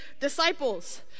disciples